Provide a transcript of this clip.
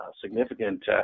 significant